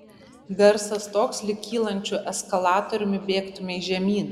garsas toks lyg kylančiu eskalatoriumi bėgtumei žemyn